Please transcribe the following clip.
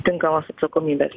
tinkamos atsakomybės